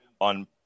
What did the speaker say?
on